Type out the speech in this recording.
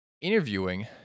interviewing